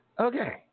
Okay